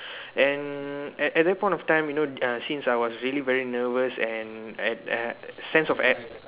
and at at that point of time you know uh since I was really very nervous and at uh sense of air